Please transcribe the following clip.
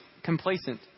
complacent